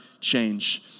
change